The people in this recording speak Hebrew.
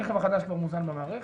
הרכב החדש לא מוזן במערכת,